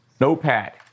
Notepad